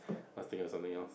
must think of something else